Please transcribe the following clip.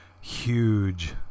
huge